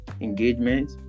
engagement